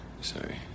Sorry